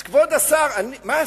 אז, כבוד השר, מה עשיתי?